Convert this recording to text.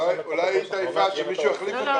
אולי היא התעייפה, שמישהו יחליף אותה.